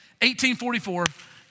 1844